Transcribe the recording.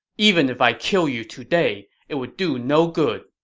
even if i kill you today, it would do no good.